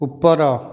ଉପର